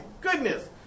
goodness